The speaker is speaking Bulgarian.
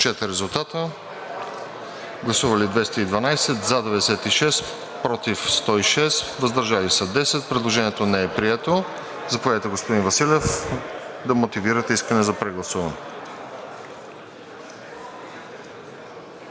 Предложението не е прието. Заповядайте, господин Василев, да мотивирате искане за прегласуване.